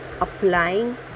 applying